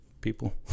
people